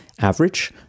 average